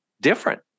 different